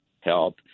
help